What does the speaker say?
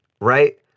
right